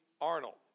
Arnold